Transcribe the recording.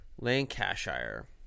Lancashire